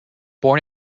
born